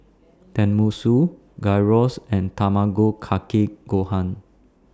Tenmusu Gyros and Tamago Kake Gohan